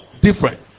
Different